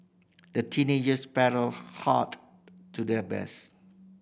the teenagers paddled hard to their best